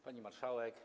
Pani Marszałek!